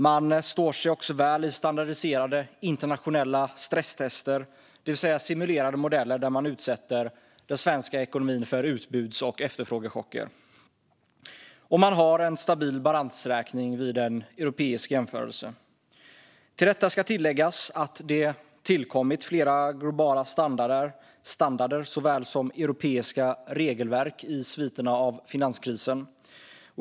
Man står sig väl i standardiserade internationella stresstester, det vill säga simulerade modeller där den svenska ekonomin utsätts för utbuds och efterfrågechocker. Man har också en stabil balansräkning vid en europeisk jämförelse. Till detta ska läggas att det har tillkommit flera globala standarder och europeiska regelverk i sviterna av finanskrisen.